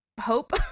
Hope